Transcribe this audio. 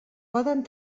poden